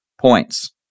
points